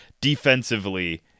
defensively